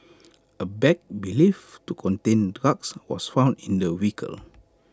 A bag believed to contain drugs was found in the vehicle